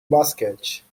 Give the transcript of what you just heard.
basquete